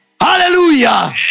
Hallelujah